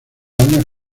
años